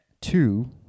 two